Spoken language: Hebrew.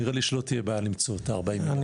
נראה לי שלא תהיה בעיה למצוא את ה-40 מיליון.